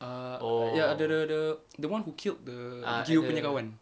uh ya th~ the the the one who killed the punya kawan